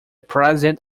president